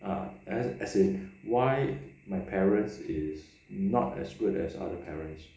ah as in why my parents is not as good as other parents